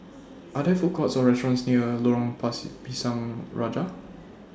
Are There Food Courts Or restaurants near Lorong Pisang Raja